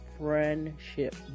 friendship